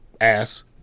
ass